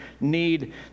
need